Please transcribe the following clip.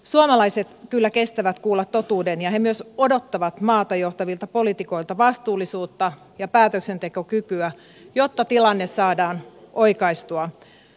suomalaiset kyllä kestävät kuulla totuuden ja he myös odottavat maata johtavilta poliitikoilta vastuullisuutta ja päätöksentekokykyä jotta tilanne saadaan oikaistua